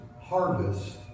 harvest